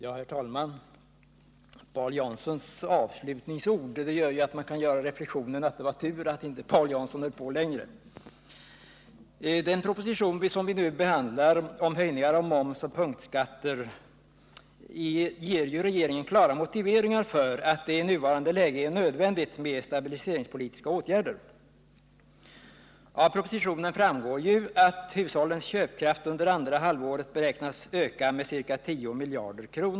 Herr talman! Paul Janssons avslutningsord lockar fram reflexionen att det var tur att Paul Jansson inte höll på längre. I den proposition vi nu behandlar, om höjningar av moms och punktskatter, ger regeringen klara motiveringar för att det i nuvarande läge är nödvändigt med stabiliseringspolitiska åtgärder. Av propositionen framgår att hushållens köpkraft under andra halvåret beräknas öka med ca 10 miljarder kronor.